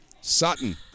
Sutton